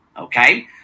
okay